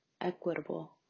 equitable